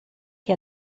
che